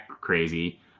crazy